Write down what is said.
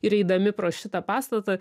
ir eidami pro šitą pastatą